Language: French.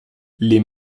les